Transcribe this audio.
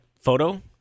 photo